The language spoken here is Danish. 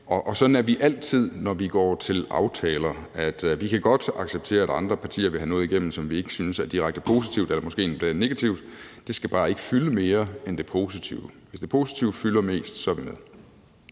Og sådan er vi altid, når vi går til aftaler; vi kan godt acceptere, at andre partier vil have noget igennem, som vi ikke synes er direkte positivt, eller som måske endda er negativt – det skal bare ikke fylde mere end det positive. Hvis det positive fylder mest, er vi med.